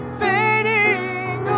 fading